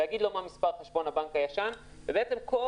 לומר לו מה מספר חשבון הבנק הישן ובעצם כל